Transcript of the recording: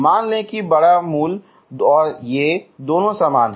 मान लें कि बड़े मूल दोनों समान हैं